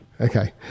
Okay